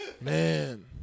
Man